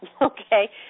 okay